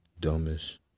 dumbest